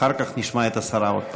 אחר כך נשמע את השרה עוד פעם.